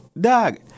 Dog